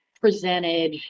presented